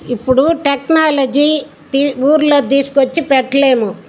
ఇప్పుడు టెక్నాలజీ తీ ఊర్లో తీసుకొచ్చి పెట్టలేము